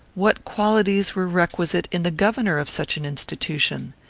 what qualities were requisite in the governor of such an institution?